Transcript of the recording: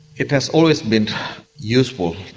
it has always been useful,